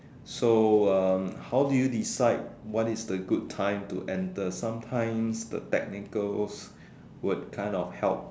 so um how do you decide what time to enter sometimes the technicals would kind of help